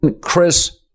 Chris